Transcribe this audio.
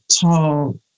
tall